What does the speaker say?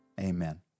Amen